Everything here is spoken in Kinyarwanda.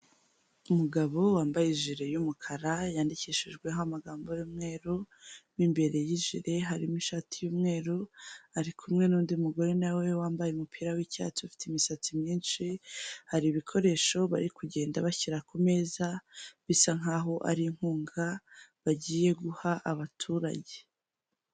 Umugabo wambaye ijire y'umukara yandikishijweho amagambo y'umweru, mu imbere y'ijire harimo ishati y'umweru, ari kumwe n'undi mugore nawe wambaye umupira w'icyatsi ufite imisatsi myinshi, hari ibikoresho bari kugenda bashyira ku meza bisa nkaho ari inkunga bagiye guha abaturage.